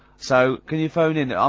so can you phone in. um